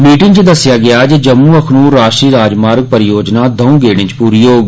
meeting च दस्सेया गेआ जे जम्मू अखनूर राष्ट्रीय राजमार्ग परियोजना दौं गेड़े च पूरी होग